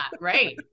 right